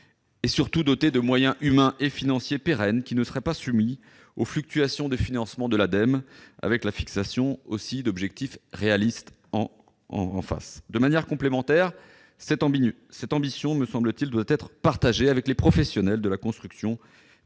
et, surtout, dotées de moyens humains et financiers pérennes, qui ne seraient pas soumis aux fluctuations de financements de l'Ademe, avec la fixation d'objectifs réalistes. De manière complémentaire, cette ambition me semble devoir être partagée avec les professionnels de la construction, perdus,